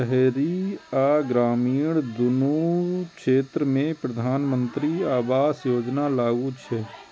शहरी आ ग्रामीण, दुनू क्षेत्र मे प्रधानमंत्री आवास योजना लागू छै